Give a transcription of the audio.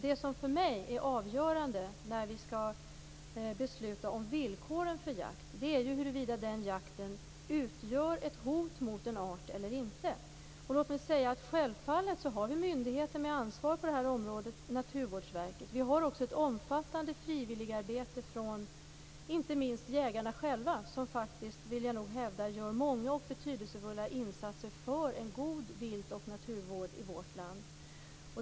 Det som för mig är avgörande när vi skall besluta om villkoren för jakt är huruvida denna jakt utgör ett hot mot en art eller inte. Låt mig säga att vi självfallet har myndigheter med ansvar på det här området: Naturvårdsverket. Vi har också ett omfattande frivilligarbete inte minst från jägarna själva som, det vill jag hävda, gör många och betydelsefulla insatser för en god vilt och naturvård i vårt land.